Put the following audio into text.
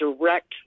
direct